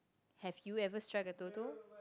have you ever strike a Toto